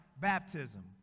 baptism